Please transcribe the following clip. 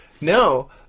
No